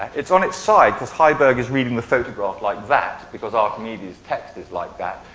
it's on its side cause heiberg is reading the photograph like that because archimedes text is like that.